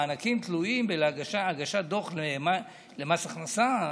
המענקים תלויים בהגשת דוח למס הכנסה,